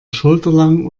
schulterlang